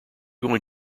going